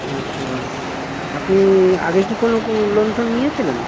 আচ্ছা আপনি আগে কি কোনো লোন টোন নিয়েছিলেন